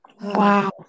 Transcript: Wow